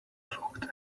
looked